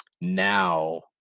Now